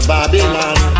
Babylon